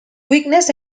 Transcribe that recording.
weakness